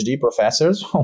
professors